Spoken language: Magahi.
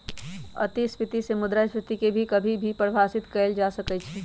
अतिस्फीती से मुद्रास्फीती के भी कभी कभी परिभाषित कइल जा सकई छ